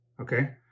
okay